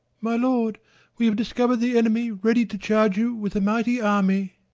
my lord we have discovered the enemy ready to charge you with a mighty army.